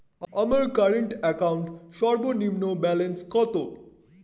আমার current account সর্বনিম্ন balance কত?